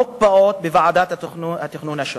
המוקפאות בוועדות התכנון השונות.